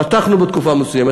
פתחנו בתקופה מסוימת,